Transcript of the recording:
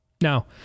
Now